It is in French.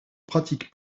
pratique